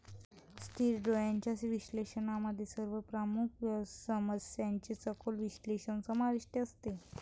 स्थिर डोळ्यांच्या विश्लेषणामध्ये सर्व प्रमुख समस्यांचे सखोल विश्लेषण समाविष्ट असते